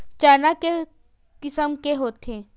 चना के किसम के होथे?